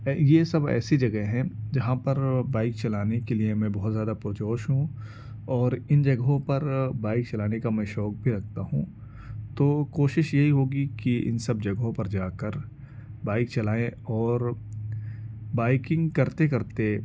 یہ سب ایسی جگہ ہیں جہاں پر بائیک چلانے کے لیے میں بہت زیادہ پرجوش ہوں اور ان جگہوں پر بائیک چلانے کا میں شوق بھی رکھتا ہوں تو کوشش یہی ہوگی کہ ان سب جگہوں پر جا کر بائیک چلائیں اور بائیکنگ کرتے کرتے